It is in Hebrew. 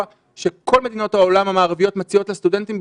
שכל מדינות העולם המערביות מציעות לסטודנטים.